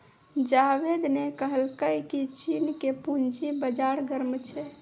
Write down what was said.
जावेद ने कहलकै की चीन के पूंजी बाजार गर्म छै